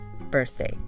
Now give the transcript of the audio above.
birthday